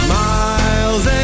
miles